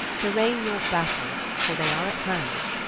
darraigne your battell, for they are at hand